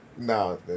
No